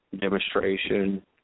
demonstration